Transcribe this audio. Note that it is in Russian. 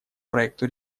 проекту